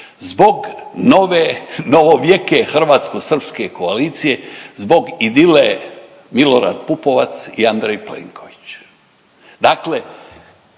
Zbog nove novovjeke hrvatsko-srpske koalicije, zbog idile Milorad Pupovac i Andrej Plenković. Dakle,